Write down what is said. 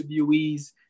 interviewees